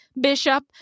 bishop